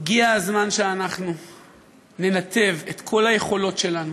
הגיע הזמן שאנחנו ננתב את כל היכולות שלנו,